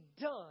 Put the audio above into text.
done